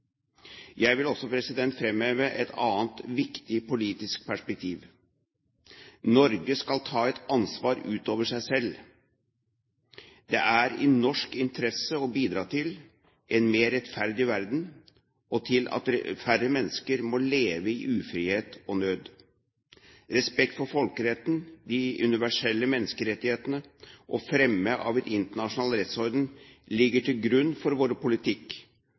Jeg vil også framheve et annet viktig politisk perspektiv. Norge skal ta et ansvar utover seg selv. Det er i norsk interesse å bidra til en mer rettferdig verden og til at færre mennesker må leve i ufrihet og nød. Respekt for folkeretten, de universelle menneskerettighetene og fremme av en internasjonal rettsorden ligger til grunn for vår politikk,